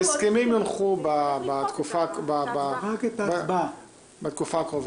ההסכמים יונחו בתקופה הקרובה.